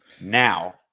now